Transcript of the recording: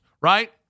right